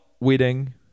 wedding